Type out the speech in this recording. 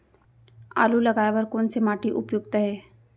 आलू लगाय बर कोन से माटी उपयुक्त हे?